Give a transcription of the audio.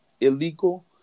illegal